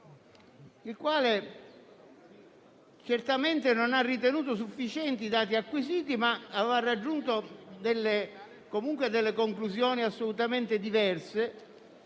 il quale certamente non ha ritenuto sufficienti i dati acquisiti, ma aveva raggiunto conclusioni assolutamente diverse.